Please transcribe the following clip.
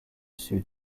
sud